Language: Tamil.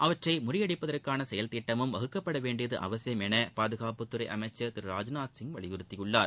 அவற்றை முறியடிப்பதற்கான செயல் திட்டமும் வகுக்கப்பட வேண்டியது அவசியம் என பாதுகாப்பு துறை அமைச்சர் திரு ராஜ்நாத் சிங் வலியுறுத்தியுள்ளார்